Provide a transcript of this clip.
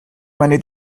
money